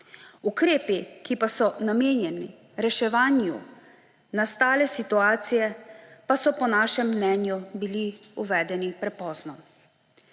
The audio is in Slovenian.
Ukrepi, ki pa so namenjeni reševanju nastale situacije, pa so po našem mnenju bili uvedeni prepozno.